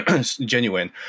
genuine